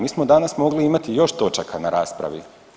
Mi smo danas mogli imati još točaka na raspravi.